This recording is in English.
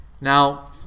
Now